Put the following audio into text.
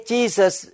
Jesus